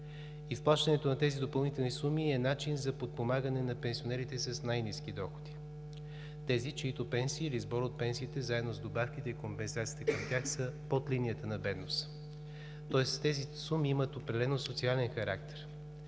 Изплащането на тези допълнителни суми е начин за подпомагане на пенсионерите с най-ниски доходи – тези, чиито пенсии или сбор от пенсиите, заедно с добавките и компенсациите към тях са под линията на бедност. Тоест тези суми имат определено социален характер,